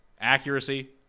accuracy